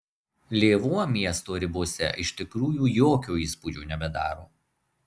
lėvuo miesto ribose iš tikrųjų jokio įspūdžio nebedaro